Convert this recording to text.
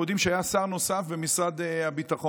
אנחנו יודעים שהיה שר נוסף במשרד הביטחון,